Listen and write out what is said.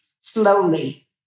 slowly